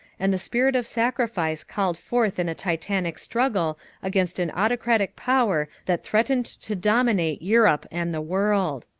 and the spirit of sacrifice called forth in a titanic struggle against an autocratic power that threatened to dominate europe and the world.